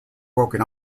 broken